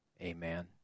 Amen